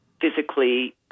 physically